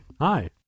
hi